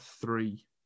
three